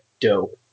dope